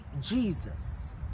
Jesus